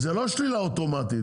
זו לא שלילה אוטומטית,